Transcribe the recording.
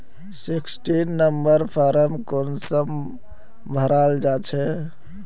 Sixteen number form कुंसम भराल जाछे?